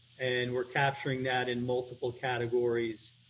and we're capturing that in multiple categories.